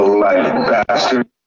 bastard